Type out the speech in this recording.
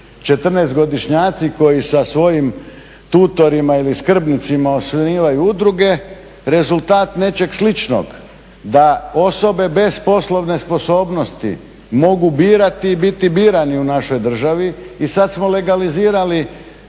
14-godišnjaci koji sa svojim tutorima ili skrbnicima osnivaju udruge rezultat nečeg sličnog. Da osobe bez poslovne sposobnosti mogu birati i biti birani u našoj državi i sada smo legalizirali,